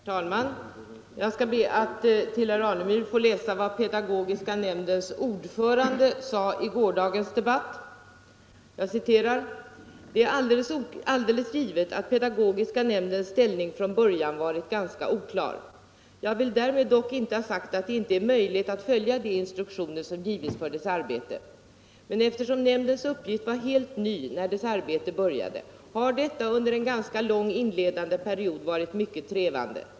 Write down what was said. Herr talman! Jag skall be att för herr Alemyr få läsa upp vad pedagogiska nämndens ordförande sade i gårdagens debatt: ”Det är alldeles givet att pedagogiska nämndens ställning från början varit ganska oklar. Jag vill därmed dock inte ha sagt att det inte är möjligt att följa de instruktioner som givits för dess arbete. Men eftersom nämndens uppgift var helt ny när dess arbete började, har detta under en ganska lång inledande period varit mycket trevande.